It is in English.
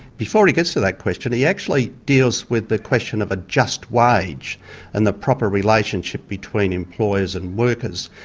before he gets to that question he actually deals with the question of a just wage and the proper relationship between employers and workers,